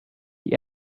die